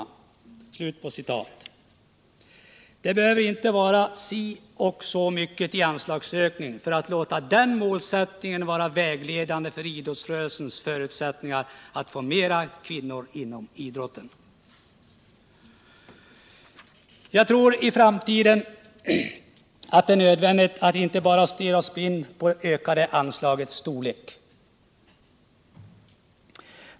Det bör inte behövas si och så mycket i anslagsökning för att låta denna målsättning vara vägledande för idrottsrörelsens förutsättningar att få med flera kvinnor i idrotten. Jag tror att det i framtiden blir nödvändigt att inte stirra sig blind på att öka anslagets storlek.